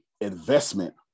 investment